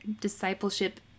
discipleship